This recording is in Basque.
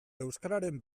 euskararen